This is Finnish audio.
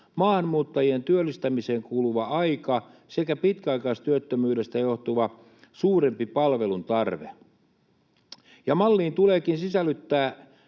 maahanmuuttajien työllistämiseen kuluva aika sekä pitkäaikaistyöttömyydestä johtuva suurempi palvelun tarve. Ja malliin tuleekin sisällyttää